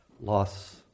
loss